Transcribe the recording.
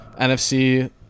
nfc